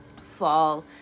fall